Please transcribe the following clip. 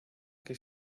que